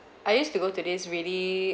I used to go to this really